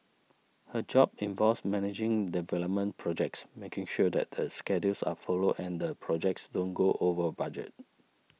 her job involves managing development projects making sure that the schedules are followed and the projects don't go over budget